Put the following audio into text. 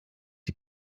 die